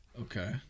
Okay